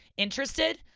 interested?